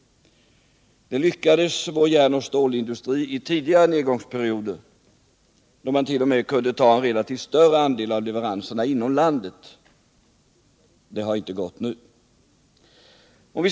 Det lyckades vår järnoch stålindustri med under tidigare nedgångsperioder, då den t.o.m. kunde ta en relativt större andel av leveranserna inom landet. Det har inte gått nu.